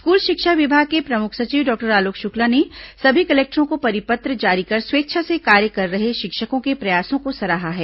school शिक्षा विभाग के प्रमुख सचिव डॉक्टर आलोक शुक्ला ने सभी कलेक्टरों को परिपत्र जारी कर स्वेच्छा से कार्य कर रहे शिक्षकों के प्रयासों को सराहा है